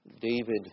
David